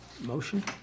motion